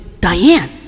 Diane